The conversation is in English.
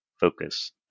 focus